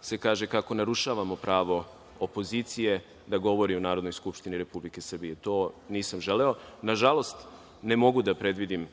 se kaže kako narušavamo pravo opozicije da govori u Narodnoj skupštini Republike Srbije. To nisam želeo. Nažalost, ne mogu da predvidim